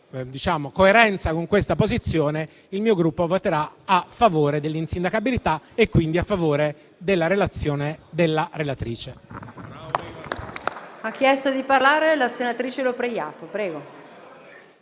con questa posizione, il mio Gruppo voterà a favore dell'insindacabilità, quindi a favore della relazione della relatrice.